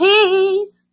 Peace